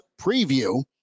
preview